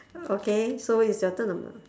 okay so is your turn or mine